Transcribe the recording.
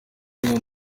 imwe